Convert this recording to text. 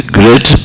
great